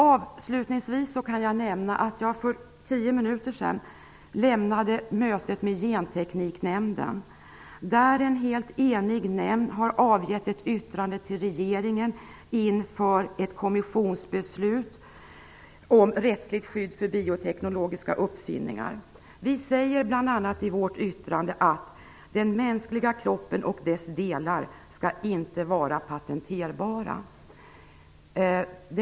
Avslutningsvis kan jag nämna att jag för tio minuter sedan lämnade ett möte med Gentekniknämnden där en helt enig nämnd har avgett ett yttrande till regeringen inför ett kommissionsbeslut om rättsligt skydd för bioteknologiska uppfinningar. Vi säger bl.a. i vårt yttrande att den mänskliga kroppen och dess delar inte skall vara patenterbara.